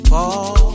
Fall